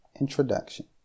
Introduction